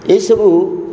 ଏଇ ସବୁ